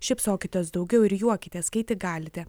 šypsokitės daugiau ir juokitės kai tik galite